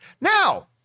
Now